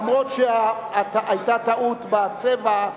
אף שהיתה טעות בצבע,